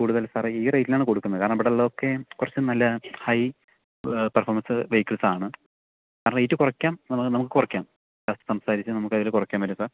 കൂടുതൽ സാറേ ഈ റേറ്റിനാണ് കൊടുക്കുന്നത് കാരണം ഇവിടുള്ളതൊക്കെ കുറച്ച് നല്ല ഹൈ പെർഫോമൻസ് വെഹിക്കിൾസാണ് കാരണം റേറ്റ് കുറയ്ക്കാം എന്നുള്ളത് നമുക്ക് കുറയ്ക്കാം സർ സംസാരിച്ച് നമുക്കതിൽ കുറയ്ക്കാൻ പറ്റും സർ